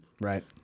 Right